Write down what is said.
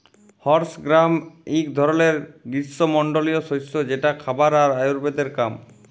horse gram এক ধরলের গ্রীস্মমন্ডলীয় শস্য যেটা খাবার আর আয়ুর্বেদের কাম